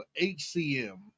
hcm